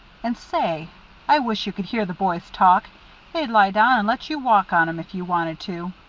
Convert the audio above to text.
and say i wish you could hear the boys talk they'd lie down and let you walk on em, if you wanted to.